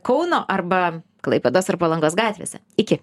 kauno arba klaipėdos ar palangos gatvėse iki